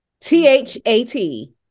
t-h-a-t